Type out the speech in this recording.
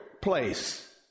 place